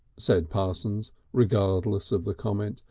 said parsons, regardless of the comment.